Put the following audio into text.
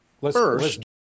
first